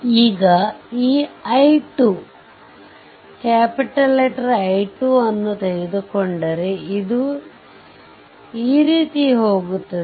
ಈಗ ಈ I2 ಅನ್ನು ತೆಗೆದುಕೊಂಡರೆ ಇದು ಈ ರೀತಿ ಹೋಗುತ್ತದೆ